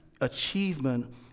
achievement